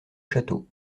château